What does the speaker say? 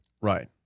Right